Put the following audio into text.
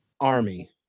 army